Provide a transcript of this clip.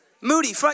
Moody